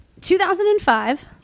2005